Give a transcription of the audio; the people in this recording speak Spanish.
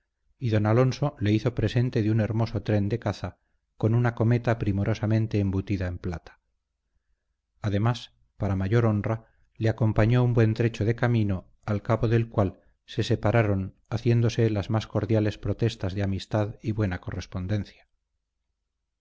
y don alonso le hizo presente de un hermoso tren de caza con una cometa primorosamente embutida en plata además para mayor honra le acompañó un buen trecho de camino al cabo del cual se separaron haciéndose las más cordiales protestas de amistad y buena correspondencia